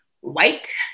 white